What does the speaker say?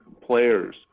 players